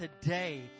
today